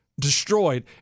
destroyed